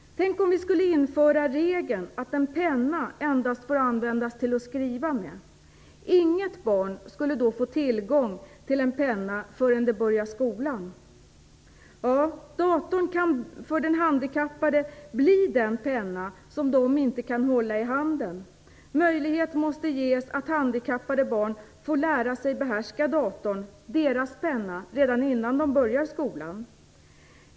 Tänk, om vi införde regeln att en penna endast får användas till att skriva med! Inget barn skulle då få tillgång till en penna förrän det börjar skolan. Datorn kan för handikappade bli den penna de inte kan hålla i handen. Möjlighet måste ges att handikappade barn får lära sig behärska datorn - deras penna - innan de börjar skolan.